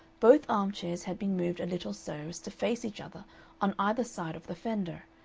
both arm-chairs had been moved a little so as to face each other on either side of the fender,